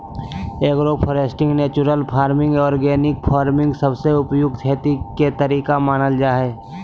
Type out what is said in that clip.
agro foresting, natural farming, organic farming सबसे उपयुक्त खेती के तरीका मानल जा हय